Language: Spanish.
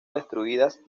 destruidas